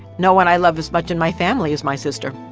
no one i love as much in my family as my sister